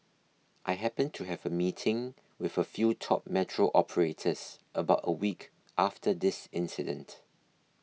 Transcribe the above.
I happened to have a meeting with a few top metro operators about a week after this incident